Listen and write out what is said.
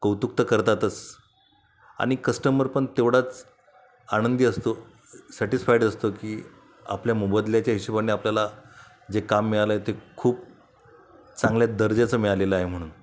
कौतुक तर करतातच आणि कस्टमर पण तेवढाच आनंदी असतो सॅटीस्फाईड असतो की आपल्या मोबदल्याच्या हिशेबाने आपल्याला जे काम मिळालंय ते खूप चांगल्या दर्जाचं मिळालेलं आहे म्हणून